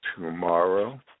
tomorrow